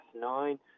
nine